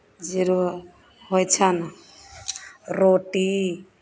जे रो होइ छनि रोटी